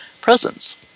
presence